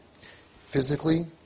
Physically